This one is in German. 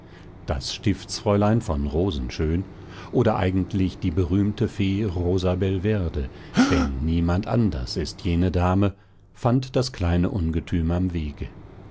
das stiftsfräulein von rosenschön oder eigentlich die berühmte fee rosabelverde denn niemand anders ist jene dame fand das kleine ungetüm am wege